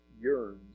yearns